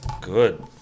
Good